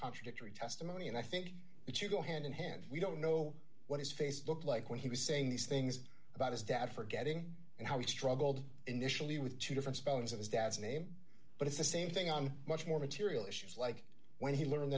contradictory testimony and i think the two go hand in hand we don't know what is facebook like when he was saying these things about his dad forgetting and how he struggled initially with two different spellings of his dad's name but it's the same thing on much more material issues like when he learned